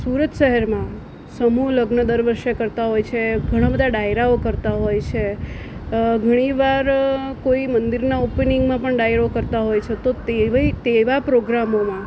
સુરત શહેરમાં સમૂહ લગ્ન દર વર્ષે કરતા હોય છે ઘણા બધા ડાયરાઓ કરતા હોય છે ઘણી વાર કોઈ મંદિરનાં ઓપનિંગમાં પણ ડાયરો કરતા હોય છે તો તેવા પ્રોગ્રામોમા